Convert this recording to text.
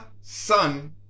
Son